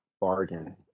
bargain